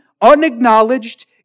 unacknowledged